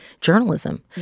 journalism